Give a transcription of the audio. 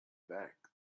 back